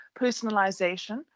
personalization